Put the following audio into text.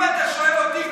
אם אתה שואל אותי,